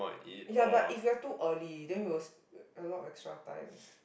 ya but if we are too early then we will sp~ we will have an extra time